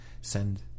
send